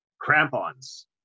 crampons